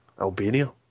Albania